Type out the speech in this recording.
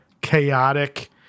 chaotic